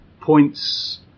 points